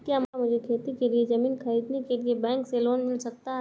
क्या मुझे खेती के लिए ज़मीन खरीदने के लिए बैंक से लोन मिल सकता है?